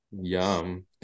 Yum